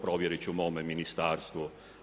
Provjerit ću u mome ministarstvu.